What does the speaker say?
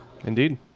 Indeed